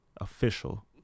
official